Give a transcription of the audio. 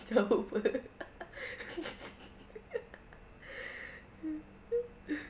macam over